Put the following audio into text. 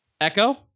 echo